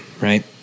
right